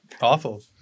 Awful